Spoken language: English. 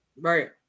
Right